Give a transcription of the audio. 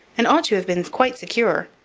and ought to have been quite secure.